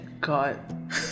God